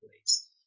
place